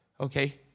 Okay